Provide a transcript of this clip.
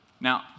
Now